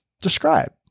describe